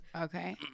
Okay